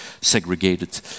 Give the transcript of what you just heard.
segregated